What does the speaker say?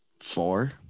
four